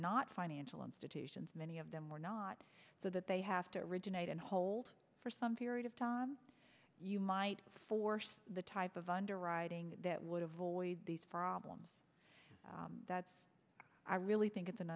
not financial institutions many of them were not so that they have to rejuvenate and hold for some period of time you might force the type of underwriting that would avoid these problems that's i really think it's an